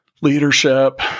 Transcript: leadership